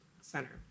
Center